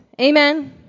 Amen